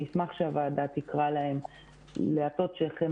אני אשמח שהוועדה תקרא להם להטות שכם